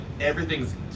everything's